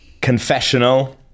Confessional